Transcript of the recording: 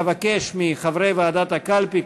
אבקש מחברי ועדת הקלפי,